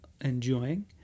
enjoying